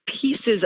pieces